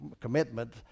commitment